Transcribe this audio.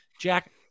Jack